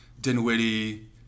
Dinwiddie